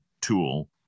tool